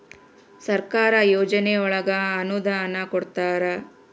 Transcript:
ಸರ್ಕಾರ ಯೋಜನೆ ಒಳಗ ಅನುದಾನ ಕೊಡ್ತಾರ